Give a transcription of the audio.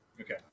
Okay